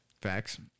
Facts